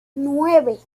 nueve